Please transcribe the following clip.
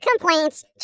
complaints